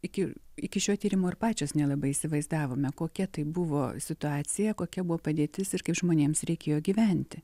iki iki šio tyrimo ir pačios nelabai įsivaizdavome kokia tai buvo situacija kokia buvo padėtis ir kaip žmonėms reikėjo gyventi